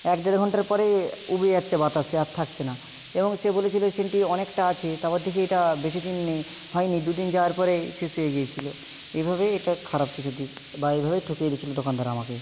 এক দেড় ঘন্টার পরে উবে যাচ্ছে বাতাসে আর থাকছে না এবং সে বলেছিলো সেন্টটি অনেকটা আছে তাপর দেখি এটা বেশি দিনই হয় নি দু দিন যাওয়ার পরেই শেষ হয়ে গিয়েছিলো এইভাবে এটার খারাপ কিছু দিক বা এইভাবেই ঠকিয়ে দিয়েছিলো দোকানদার আমাকে